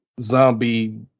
zombie